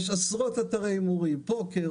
יש עשרות אתרי הימורים: פוקר,